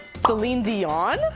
celine dion,